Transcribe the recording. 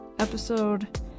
episode